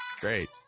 great